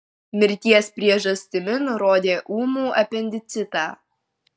mirties priežastimi nurodė ūmų apendicitą